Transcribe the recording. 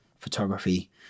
Photography